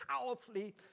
powerfully